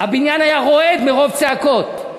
הבניין היה רועד מרוב צעקות,